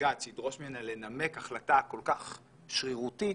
בג"ץ שידרוש ממנה לנמק החלטה כל כך שרירותית